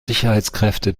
sicherheitskräfte